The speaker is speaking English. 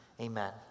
Amen